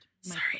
sorry